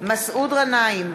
מסעוד גנאים,